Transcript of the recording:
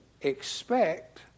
expect